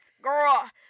girl